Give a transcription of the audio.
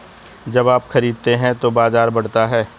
जब आप खरीदते हैं तो बाजार बढ़ता है